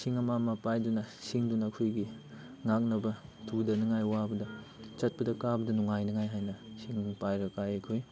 ꯁꯤꯡ ꯑꯃ ꯑꯃ ꯄꯥꯏꯗꯨꯅ ꯁꯤꯡꯗꯨꯅ ꯑꯩꯈꯣꯏꯒꯤ ꯉꯥꯛꯅꯕ ꯇꯨꯗꯅꯤꯡꯉꯥꯏ ꯋꯥꯕꯗ ꯆꯠꯄꯗ ꯀꯥꯕꯗ ꯅꯨꯡꯉꯥꯏꯅꯤꯡꯉꯥꯏ ꯍꯥꯏꯅ ꯁꯤꯡ ꯄꯥꯏꯔꯒ ꯀꯥꯏ ꯑꯩꯈꯣꯏ